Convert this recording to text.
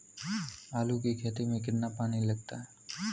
आलू की खेती में कितना पानी लगाते हैं?